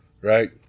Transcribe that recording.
right